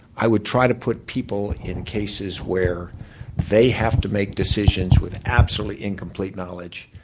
i would try to put people in cases where they have to make decisions with absolutely incomplete knowledge,